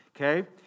okay